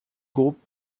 groupe